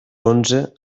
onze